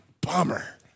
bummer